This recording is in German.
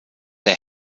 der